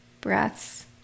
breaths